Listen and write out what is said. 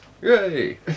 Yay